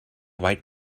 white